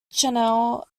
channel